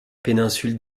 péninsule